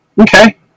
Okay